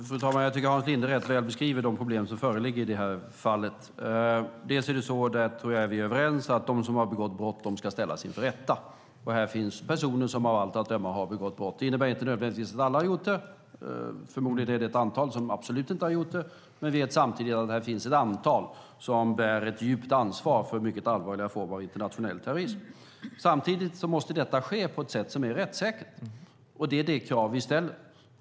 Fru talman! Jag tycker att Hans Linde rätt väl beskriver de problem som föreligger i det här fallet. Jag tror att vi är överens om att de som begått brott ska ställas inför rätta. Här finns personer som av allt att döma begått brott. Det innebär inte nödvändigtvis att alla har gjort det; förmodligen finns ett antal som absolut inte har gjort det. Samtidigt vet vi att det finns ett antal som bär ett djupt ansvar för mycket allvarliga former av internationell terrorism. Det hela måste dock ske på ett rättssäkert sätt, och det kravet ställer vi.